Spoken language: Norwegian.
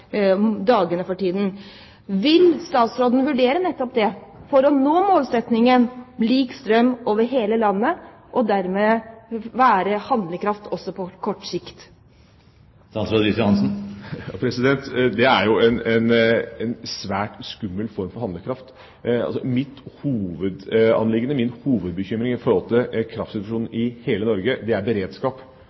for tiden. Vil statsråden vurdere nettopp det for å nå målsettingen om lik strømpris over hele landet – og dermed være handlekraftig også på kort sikt? Det er jo en svært skummel form for handlekraft. Mitt hovedanliggende, min hovedbekymring når det gjelder kraftsituasjonen i hele Norge, er beredskap,